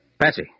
Patsy